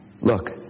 Look